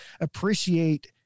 appreciate